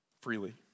freely